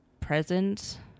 present